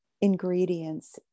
ingredients